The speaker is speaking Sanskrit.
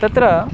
तत्र